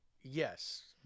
yes